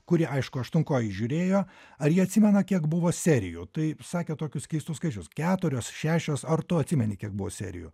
kuri aišku aštuonkojį žiūrėjo ar jie atsimena kiek buvo serijų tap sakė tokius keistus skaičius keturios šešios ar tu atsimeni kiek buvo serijų